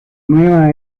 nueva